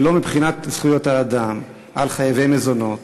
ולא מבחינת זכויות האדם, על חייבי מזונות